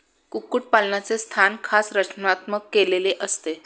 कुक्कुटपालनाचे स्थान खास रचनात्मक केलेले असते